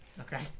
Okay